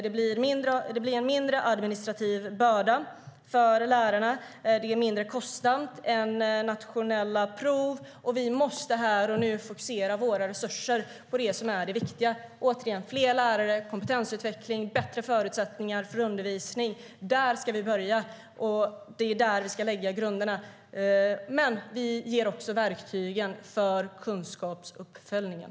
Det blir en mindre administrativ börda för lärarna, och det är mindre kostsamt än nationella prov. Vi måste här och nu fokusera våra resurser på det som är det viktiga. Det är återigen fler lärare, kompetensutveckling och bättre förutsättningar för undervisning. Det är där vi ska börja, och det är där vi ska lägga grunderna. Men vi ger också verktygen för kunskapsuppföljningen.